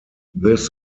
this